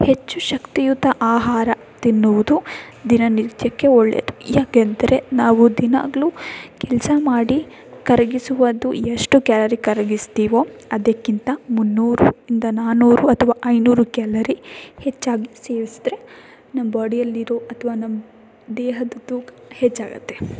ಹೆಚ್ಚು ಶಕ್ತಿಯುತ ಆಹಾರ ತಿನ್ನುವುದು ದಿನನಿತ್ಯಕ್ಕೆ ಒಳ್ಳೆಯದು ಯಾಕೆಂದರೆ ನಾವು ದಿನಾಗಲೂ ಕೆಲಸ ಮಾಡಿ ಕರಗಿಸುವುದು ಎಷ್ಟು ಕ್ಯಾಲರಿ ಕರಗಿಸ್ತಿವೋ ಅದಕ್ಕಿಂತ ಮುನ್ನೂರು ಇಂದ ನಾನ್ನೂರು ಅಥವಾ ಐನೂರು ಕ್ಯಾಲರಿ ಹೆಚ್ಚಾಗಿ ಸೇವಿಸಿದರೆ ನಮ್ಮ ಬಾಡಿಯಲ್ಲಿರೋ ಅಥವಾ ನಮ್ಮ ದೇಹದ ತೂಕ ಹೆಚ್ಚಾಗುತ್ತೆ